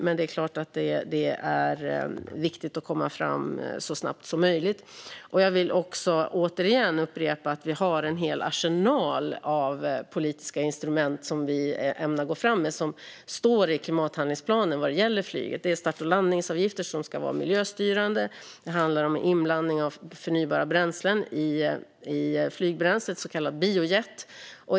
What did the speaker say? Men det är förstås viktigt att komma fram så snabbt som möjligt. Jag vill också återigen framhålla att vi har en hel arsenal av politiska instrument när det gäller flyget som vi ämnar gå fram med och som står i klimathandlingsplanen. Det är start och landningsavgifter som ska vara miljöstyrande. Det handlar om inblandning av förnybara bränslen i flygbränslet, så kallad biojet.